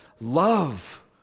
love